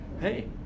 hey